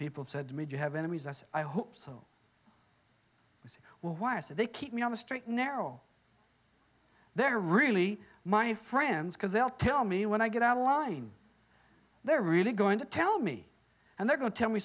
people said made you have enemies i said i hope so i said well why is it they keep me on the straight and narrow they're really my friends because they'll tell me when i get out of line they're really going to tell me and they're going to tell me